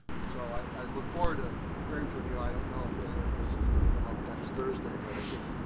and so i look forward to hearing from you. i don't know if any of this is going to come up next thursday, but i think